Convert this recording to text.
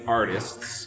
artists